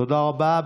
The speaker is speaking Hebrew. תודה רבה.